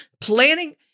planning